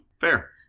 Fair